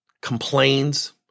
complains